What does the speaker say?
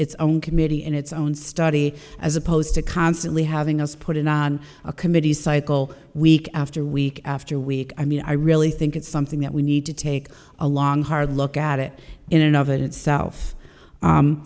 its own committee in its own study as opposed to constantly having us put it on a committee cycle week after week after week i mean i really think it's something that we need to take a long hard look at it in and of itself